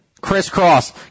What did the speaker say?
Crisscross